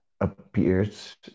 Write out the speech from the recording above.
appears